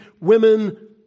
women